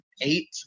eight